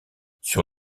sur